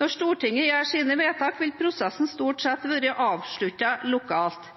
Når Stortinget gjør sine vedtak, vil prosessen stort sett være avsluttet lokalt.